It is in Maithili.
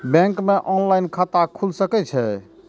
बैंक में ऑनलाईन खाता खुल सके छे?